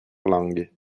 langues